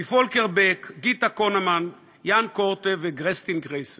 מוולקר בק, גיטה קונמן, יאן קורטה וכריסטיאן לנגה.